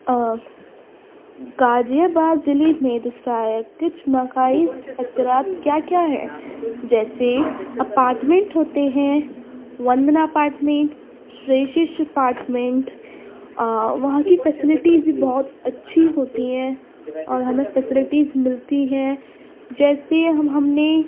غازی آباد ضلع میں دستیاب کچھ مخائس اترات کیا کیا ہیں جیسے اپارٹمنٹ ہوتے ہیں وندنا اپارٹمنٹ شری یش اپارٹمنٹ وہاں کی فیسلیٹیز بھی بہت اچھی ہوتی ہیں اور ہمیں فیسلیٹیز ملتی ہیں جیسے ہم نے